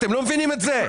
אתם לא מבינים את זה?